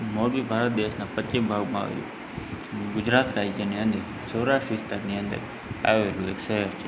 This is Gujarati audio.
મોરબી ભારત દેશના પશ્ચીમ ભાગમાં આવેલ ગુજરાત રાજ્યની અને સૌરાષ્ટ્ર વિસ્તારની અંદર આવેલું એક શહેર છે